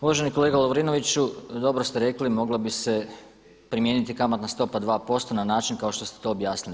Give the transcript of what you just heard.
Uvaženi kolega Lovrinoviću dobro ste rekli moglo bi se primijeniti kamatna stopa 2% na način kao što ste to objasnili.